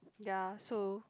ya so